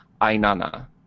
Ainana